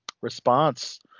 response